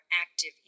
active